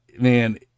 man